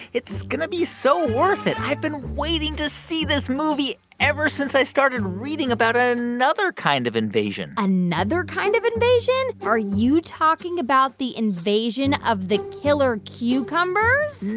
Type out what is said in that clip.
it's going to be so worth it. i've been waiting to see this movie ever since i started reading about another kind of invasion another kind of invasion? are you talking about the invasion of the killer cucumbers?